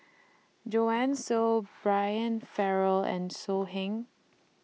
Joanne Soo Brian Farrell and So Heng